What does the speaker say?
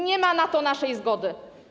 Nie ma na to naszej zgody.